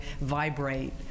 vibrate